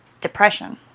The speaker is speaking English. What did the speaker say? depression